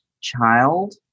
child